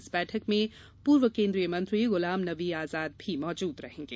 इस बैठक पूर्व केन्द्रीय मंत्री गुलाम नबी आजाद भी मौजूद रहेंगे